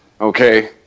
okay